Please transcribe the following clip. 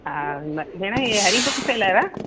हा म भेण इहो हरी बुक सेलर आहे